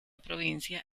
provincia